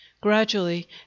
Gradually